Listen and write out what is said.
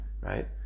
right